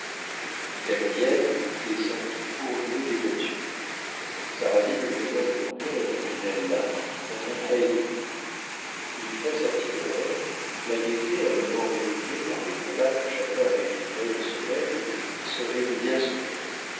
descendit pour louer des voitures sarrasine eut le bonheur de conduire la zambinella dans un phaéton une fois sortis de rome la gaieté un moment réprimée par les combats que chacun avait livrés au sommeil se réveilla soudain